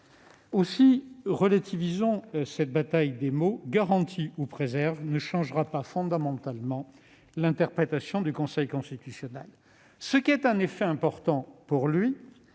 que l'on retienne « garantit » ou « préserve » ne changera pas fondamentalement l'interprétation du Conseil constitutionnel. Ce qui est un effet important pour lui,